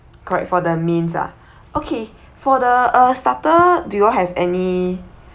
correct for the means lah okay for the uh starter do you all have any